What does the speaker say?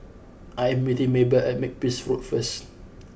I am meeting Maybelle at Makepeace Road first